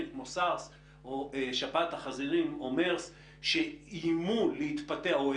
כמו SARS או שפעת החזירים או MERS או אבולה,